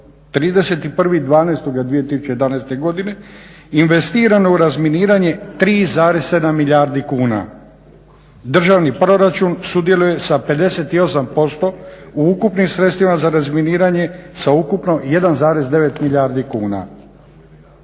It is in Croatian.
31.12.2011. godine investirano je u razminiranje 3,7 milijardi kuna. Državni proračun sudjeluje sa 58% u ukupnim sredstvima za razminiranje sa ukupno 1,9 milijardi kuna.